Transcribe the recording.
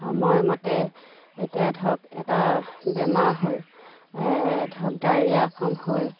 সময় মতে এতিয়া ধৰক এটা বেমাৰ হ'ল ধৰক ডাইৰিয়া ফৰ্ম হ'ল